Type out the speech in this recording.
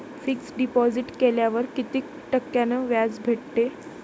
Fix deposit केल्यावर कितीक टक्क्यान व्याज भेटते?